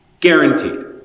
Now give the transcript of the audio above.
Guaranteed